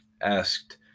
asked